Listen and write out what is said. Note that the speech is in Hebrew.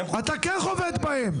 אתה כן חובט בהם.